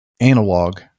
analog